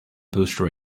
booster